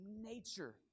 nature